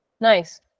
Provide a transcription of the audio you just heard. Nice